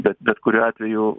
bet bet kuriuo atveju